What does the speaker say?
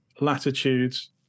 latitudes